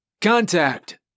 Contact